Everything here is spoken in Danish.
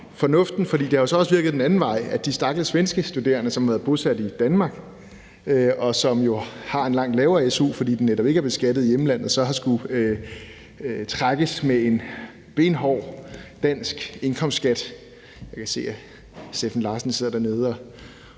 forslaget, for det har jo så også virket den anden vej, altså at de stakkels svenske studerende, som er bosat i Danmark, og som jo har en langt lavere su, fordi den netop ikke er beskattet i hjemlandet, så har skullet trækkes med en benhård dansk indkomstskat. Jeg kan se, at Steffen Larsen sidder dernede